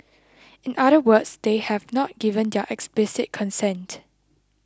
in other words they have not given their explicit consent